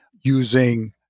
using